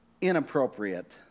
inappropriate